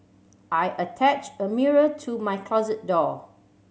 I attached a mirror to my closet door